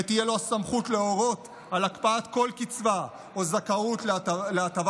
ותהיה לו הסמכות להורות על הקפאת כל קצבה או זכאות להטבה